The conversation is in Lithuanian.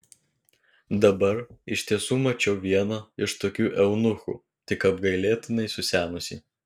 dabar iš tiesų mačiau vieną iš tokių eunuchų tik apgailėtinai susenusį